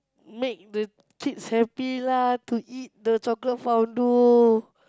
make the kids happy lah to eat the chocolate fondue